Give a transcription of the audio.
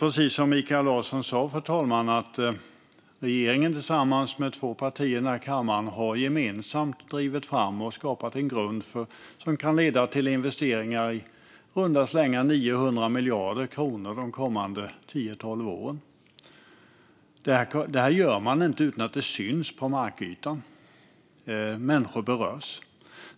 Precis som Mikael Larsson sa har regeringen tillsammans med två partier i kammaren gemensamt drivit fram och skapat en grund som kan leda till investeringar på i runda slängar 900 miljarder kronor under de kommande tio tolv åren. Det gör man inte utan att det syns på markytan. Människor berörs.